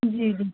جی جی